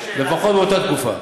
לפחות באותה תקופה.